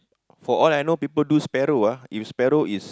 for all I know people do sparrow ah if sparrow is